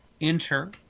enter